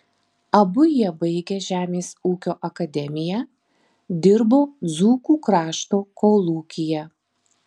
abu jie baigę žemės ūkio akademiją dirbo dzūkų krašto kolūkyje